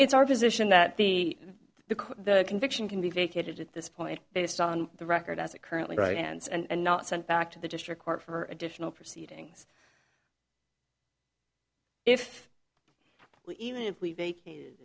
it's our position that the the conviction can be vacated at this point based on the record as it currently right hands and not sent back to the district court for additional proceedings if we even if we vacated